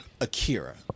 Akira